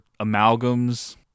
amalgams